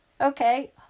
Okay